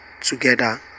together